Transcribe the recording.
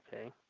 Okay